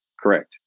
correct